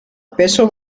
peso